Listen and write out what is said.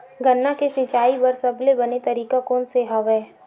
गन्ना के सिंचाई बर सबले बने तरीका कोन से हवय?